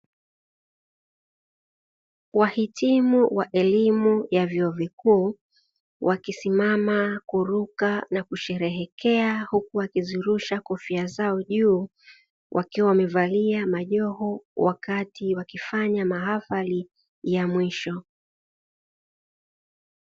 Wahitimu wa elimu ya vyuo vikuu wakisimama kuruka na kusherehekea huku wakizirusha kofia zao juu, wakiwa wamevalia majoho wakati wakifanya mahafali ya mwisho.